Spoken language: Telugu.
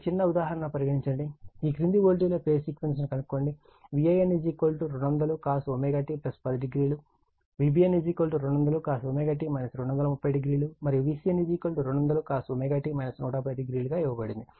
ఒక చిన్న ఉదాహరణ ను పరిగణించండి ఈ క్రింది వోల్టేజ్ల ఫేజ్ సీక్వెన్స్ ను కనుగొనండి Van 200 cosωt 10o Vbn 200cosωt 230o మరియు Vcn 200 cosωt 110o గా ఇవ్వబడింది